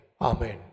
Amen